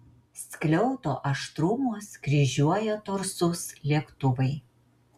skliauto aštrumuos kryžiuoja torsus lėktuvai